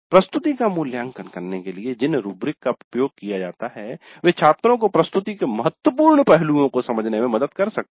प्रस्तुति का मूल्यांकन करने के लिए जिन रूब्रिक का उपयोग किया जाता है वे छात्रों को प्रस्तुति के महत्वपूर्ण पहलुओं को समझने में मदद कर सकते हैं